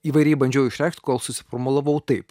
įvairiai bandžiau išrėkt kol susiformulavau taip